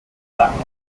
zacken